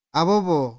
abobo